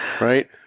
right